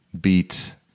beat